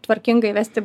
tvarkingai vesti